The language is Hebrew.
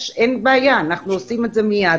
אין בעיה, אנחנו עושים את זה מייד.